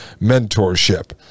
mentorship